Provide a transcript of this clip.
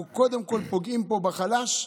אנחנו קודם כול פוגעים פה בחלש.